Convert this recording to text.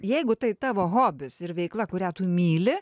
jeigu tai tavo hobis ir veikla kurią tu myli